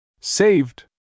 Saved